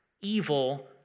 evil